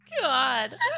God